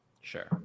Sure